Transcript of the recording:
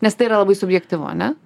nes tai yra labai subjektyvu ane